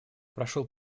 прошел